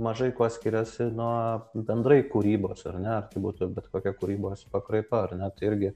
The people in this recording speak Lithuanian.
mažai kuo skiriasi nuo bendrai kūrybos ar ne ar tai būtų bet kokia kūrybos pakraipa ar ne tai irgi